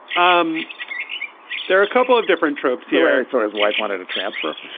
um there are a couple of different tropes here. so his wife wanted to transfer.